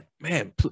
man